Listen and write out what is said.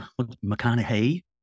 mcconaughey